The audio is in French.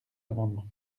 amendement